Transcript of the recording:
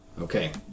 Okay